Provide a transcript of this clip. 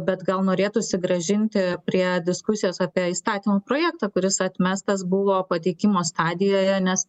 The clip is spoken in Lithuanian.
bet gal norėtųsi grąžinti prie diskusijos apie įstatymo projektą kuris atmestas buvo pateikimo stadijoje nes